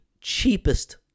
cheapest